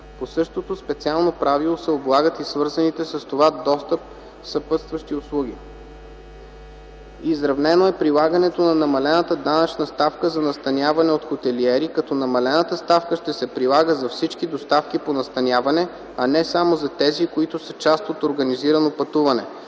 По същото специално правило се облагат и свързаните с този достъп съпътстващи услуги. Изравнено е прилагането на намалената данъчна ставка за настаняване от хотелиери, като намалената ставка ще се прилага за всички доставки по настаняване, а не само за тези, които са част от организирано пътуване.